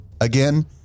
Again